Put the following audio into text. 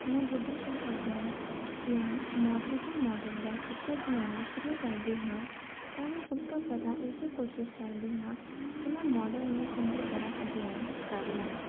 ਮੈਂ ਜਦੋਂ ਵੀ ਆਪਣਾ ਜਾਂ ਮੋਰ ਕਿਸੇ ਮੋਡਲ ਦਾ ਚਿੱਤਰ ਬਣਾਉਣਾ ਸ਼ੁਰੂ ਕਰਦੀ ਹਾਂ ਤਾਂ ਮੈਂ ਸਭ ਤੋਂ ਪਹਿਲਾਂ ਇਹ ਕੋਸ਼ਿਸ਼ ਕਰਦੀ ਹਾਂ ਕਿ ਮੈਂ ਮੋਡਲ ਨੂੰ ਚੰਗੀ ਤਰ੍ਹਾਂ ਅਧਿਐਨ ਕਰ ਲਵਾਂ